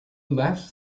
laughs